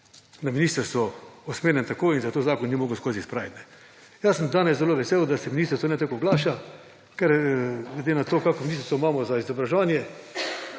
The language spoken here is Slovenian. na ministrstvu usmerjen tako in zato zakon ni mogel skozi spraviti. Jaz sem danes zelo vesel, da se ministrstvo ne tako oglaša, ker glede na to, kakšno ministrstvo imamo za izobraževanje,